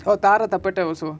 oh thaarathappatta also